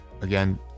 Again